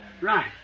Right